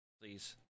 please